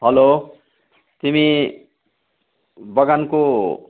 हलो तिमी बगानको